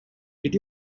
did